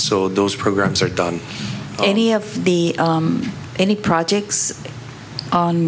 so those programs are done any of the any projects on